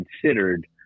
considered